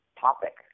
topic